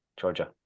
Georgia